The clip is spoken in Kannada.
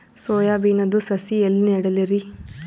ಸೊಯಾ ಬಿನದು ಸಸಿ ಎಲ್ಲಿ ನೆಡಲಿರಿ?